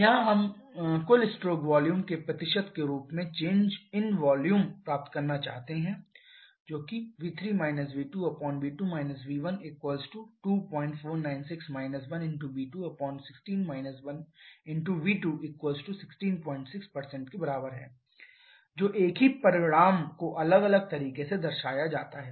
यहाँ हम कुल स्ट्रोक वॉल्यूम के प्रतिशत के रूप में चेंज इन वॉल्यूम प्राप्त करना चाहते हैं v3 v2v2 v12496 1v2v2166 जो एक ही परिणाम को अलग अलग तरीके से दर्शाया जाता है